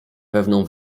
pewną